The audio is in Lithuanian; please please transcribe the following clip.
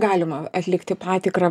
galima atlikti patikrą